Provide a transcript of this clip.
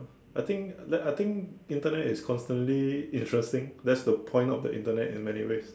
I think let I think Internet is constantly interesting that's the point of Internet in many ways